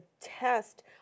test